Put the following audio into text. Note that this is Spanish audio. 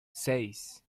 seis